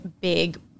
big